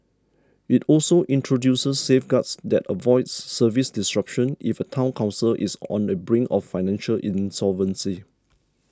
it also introduces safeguards that avoid service disruptions if a Town Council is on the brink of financial insolvency